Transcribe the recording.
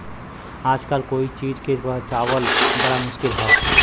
आजकल कोई चीज के बचावल बड़ा मुश्किल हौ